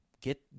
get